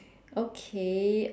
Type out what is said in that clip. okay